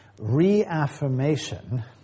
reaffirmation